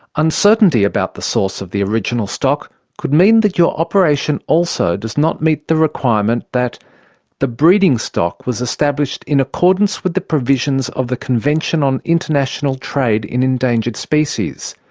uncertainty about the source of the original stock could mean that your operation also does not meet the requirement that the breeding stock was established in accordance with the provisions of the convention on international trade in endangered species,